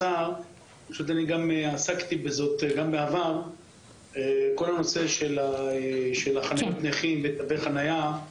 פשוט עסקתי גם בעבר בכל הנושא של חניות הנכים ותווי חניה.